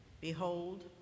Behold